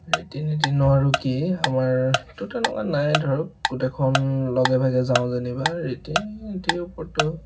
ৰীতি নীতিনো আৰু কি আমাৰতো তেনেকুৱা নাই ধৰক গোটেইখন লগে ভাগে যাওঁ যেনিবা ৰীতি নীতিৰ ওপৰততো